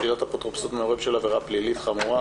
מס' 19) (שלילת אפוטרופסות מהורה בשל עבירה פלילית חמורה),